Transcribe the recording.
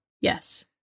Yes